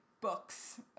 books